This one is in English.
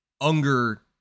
Unger